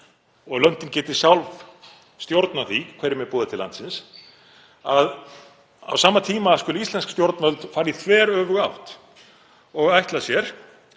og löndin geti sjálf stjórnað því hverjum er boðið til landsins, og á sama tíma skuli íslensk stjórnvöld fara í þveröfuga átt og ætla sér